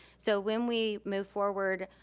so when we moved forward,